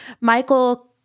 Michael